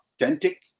authentic